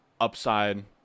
upside